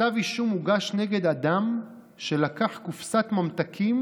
"כתב אישום הוגש נגד אדם שלקח קופסת ממתקים